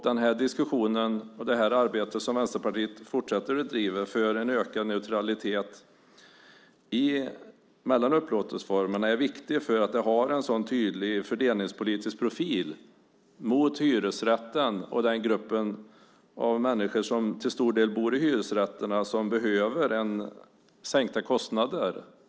Den här diskussionen och det arbete som Vänsterpartiet fortsätter att driva för en ökad neutralitet mellan upplåtelseformerna är viktiga därför att de har en så tydlig fördelningspolitisk profil gentemot hyresrätten och den grupp av människor som till stor del bor i hyresrätterna och som behöver sänkta kostnader.